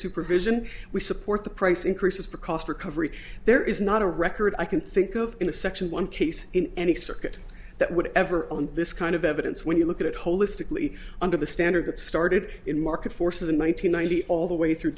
supervision we support the price increases for cost recovery there is not a record i can think of in a section one case in any circuit that would ever own this kind of evidence when you look at it holistically under the standard that started in market forces in one thousand nine hundred all the way through